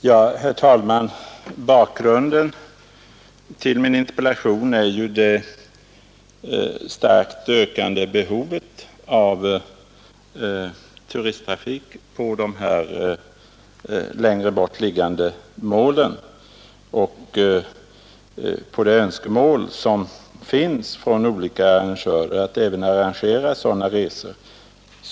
Herr talman! Bakgrunden till min interpellation är ju det starkt ökande behovet av turisttrafik på de längre bort liggande resemålen och de önskemål som finns från olika arrangörer att arrangera även sådana resor.